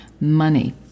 Money